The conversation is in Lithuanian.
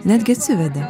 netgi atsivedė